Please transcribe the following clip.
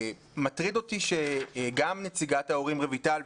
מטריד אותי שגם נציגת ההורים רויטל,